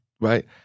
right